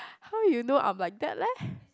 how you know I'm like that leh